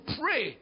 pray